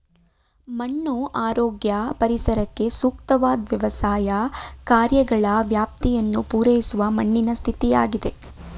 ಮಣ್ಣು ಆರೋಗ್ಯ ಪರಿಸರಕ್ಕೆ ಸೂಕ್ತವಾದ್ ವ್ಯವಸ್ಥೆಯ ಕಾರ್ಯಗಳ ವ್ಯಾಪ್ತಿಯನ್ನು ಪೂರೈಸುವ ಮಣ್ಣಿನ ಸ್ಥಿತಿಯಾಗಿದೆ